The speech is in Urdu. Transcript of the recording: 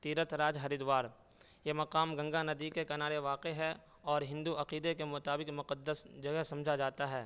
تیرتھ راج ہریدوار یہ مقام گنگا ندی کے کنارے واقع ہے اور ہندو عقیدے کے مطابق مقدس جگہ سمجھا جاتا ہے